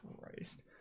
Christ